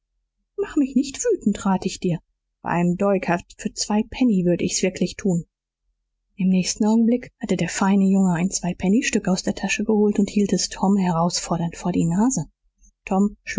mach mich nicht wütend rat ich dir beim deuker für zwei penny würd ich's wirklich tun im nächsten augenblick hatte der feine junge ein zweipennystück aus der tasche geholt und hielt es tom herausfordernd vor die nase tom